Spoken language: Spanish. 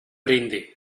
brindis